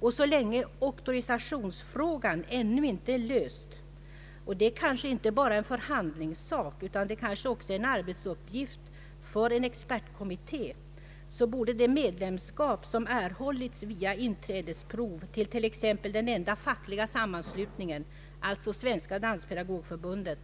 Och så länge auktorisationsfrågan ännu inte är löst — det är kanske inte bara en förhandlingssak utan också en arbetsuppgift för en expertkommitté — borde det medlemskap som erhållits via inträdesprov i t.ex. den enda fackliga sammanslutningen, alltså Svenska danspedagogförbundet,